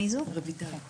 הייתה עבודה מאוד